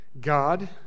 God